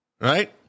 right